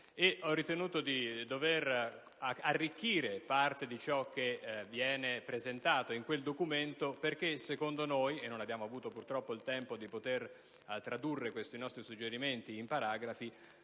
Ho ritenuto di dover arricchire parte di ciò che viene presentato in quel documento perché, secondo noi (non abbiamo avuto il tempo di tradurre questi nostri suggerimenti in paragrafi),